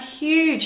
huge